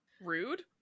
rude